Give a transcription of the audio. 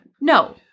No